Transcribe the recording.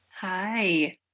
Hi